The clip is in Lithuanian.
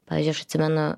pavyzdžiui aš atsimenu